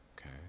Okay